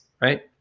Right